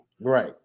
Right